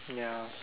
ya